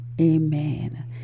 Amen